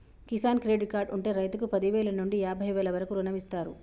Kisan credit card ఉంటె రైతుకు పదివేల నుండి యాభై వేల వరకు రుణమిస్తారు